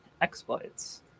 exploits